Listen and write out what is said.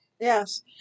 Yes